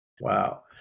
Wow